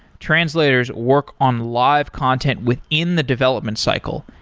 translators work on live content within the development cycle,